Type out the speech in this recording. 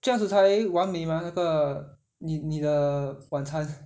这样子才完美 mah 那个你你的晚餐